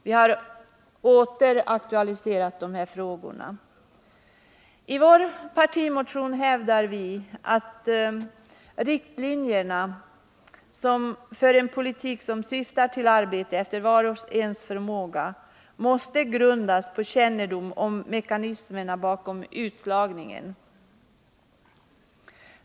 Vi har åter aktualiserat dessa frågor. I vår partimotion hävdar vi att riktlinjerna för en politik som syftar till arbete efter vars och ens förmåga måste grundas på kännedom om mekanismerna bakom utslagningen.